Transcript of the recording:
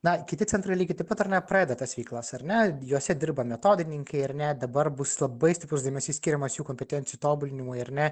na kiti centrai lygiai taip pat pradeda tas veiklas ar ne juose dirba metodininkai ar ne dabar bus labai stiprus dėmesys skiriamas jų kompetencijų tobulinimui ar ne